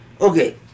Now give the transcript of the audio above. Okay